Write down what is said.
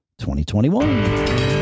2021